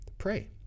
pray